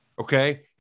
okay